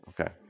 Okay